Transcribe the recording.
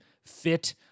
fit